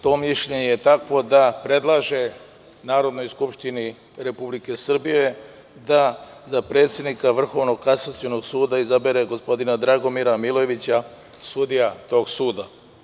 To mišljenje je takvo da predlaže Narodnoj skupštini Republike Srbije da za predsednika VKS izabere gospodina Dragomira Milojevića, sudiju tog suda.